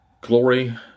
Glory